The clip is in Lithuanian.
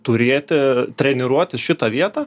turėti treniruotis šitą vietą